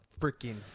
freaking